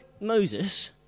Moses